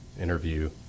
interview